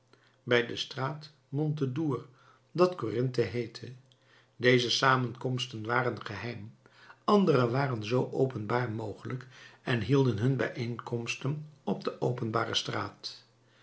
bij de straat montédour dat corinthe heette deze samenkomsten waren geheim andere waren zoo openbaar mogelijk en hielden hun bijeenkomsten op de openbare straat